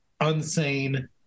unsane